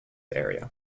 area